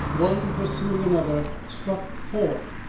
one pursuing another, struck four.